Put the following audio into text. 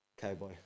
Cowboy